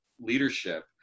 leadership